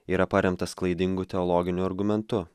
yra paremtas klaidingu teologiniu argumentu